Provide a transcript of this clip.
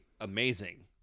amazing